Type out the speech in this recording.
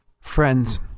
Friends